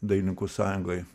dailininkų sąjungoj